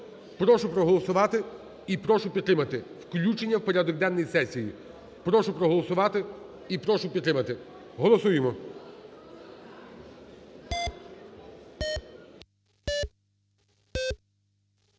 Прошу проголосувати і прошу підтримати включення в порядок денний сесії, прошу проголосувати і прошу підтримати. Голосуємо.